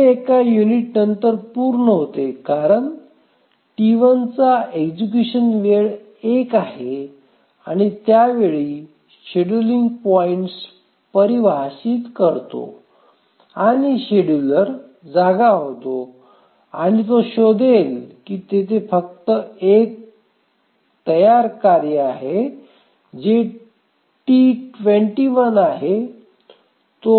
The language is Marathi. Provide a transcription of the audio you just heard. हे एका युनिट नंतर पूर्ण होते कारण T1 चा एक्झिक्युशन वेळ 1 आहे आणि त्या वेळी शेड्यूलिंग पॉईंट परिभाषित करतो आणि शेड्यूलर जागा होतो आणि तो शोधेल की तेथे फक्त एक तयार कार्य आहे जे T21 आहे तो